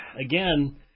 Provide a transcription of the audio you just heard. again